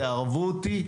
תערבו אותי,